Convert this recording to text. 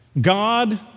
God